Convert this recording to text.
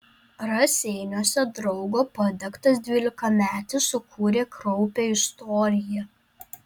raseiniuose draugo padegtas dvylikametis sukūrė kraupią istoriją